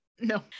no